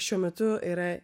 šiuo metu yra